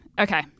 okay